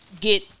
get